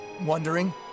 Wondering